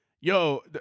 yo